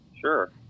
Sure